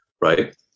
right